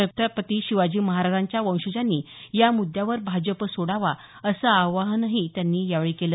छत्रपती शिवाजी महाराजांच्या वंशजांनी या मुद्दावर भाजप सोडावा असं आवाहनही त्यांनी यावेळी केलं